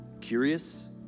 curious